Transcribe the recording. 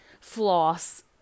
floss